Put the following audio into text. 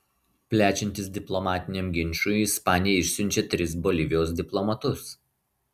plečiantis diplomatiniam ginčui ispanija išsiunčia tris bolivijos diplomatus